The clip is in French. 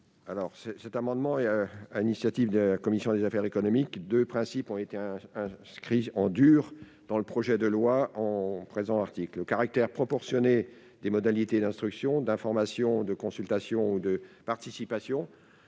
pour avis. Sur l'initiative de la commission des affaires économiques, deux principes ont été inscrits « en dur » dans le présent article : le caractère proportionné des modalités d'instruction, d'information, de consultation ou de participation,